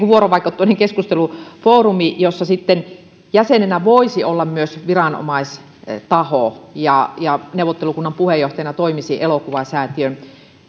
vuorovaikutteinen keskustelufoorumi jossa jäsenenä voisi olla myös viranomaistaho ja ja neuvottelukunnan puheenjohtajana toimisi elokuvasäätiön